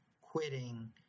quitting